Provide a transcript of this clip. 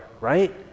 right